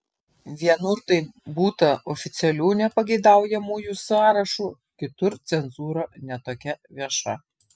vienur tai būta oficialių nepageidaujamųjų sąrašų kitur cenzūra ne tokia vieša